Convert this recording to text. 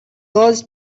گاز